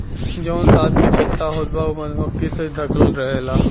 जवन शहद के छत्ता होत बा उ मधुमक्खी से ढकल रहेला